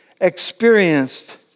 experienced